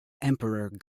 emperor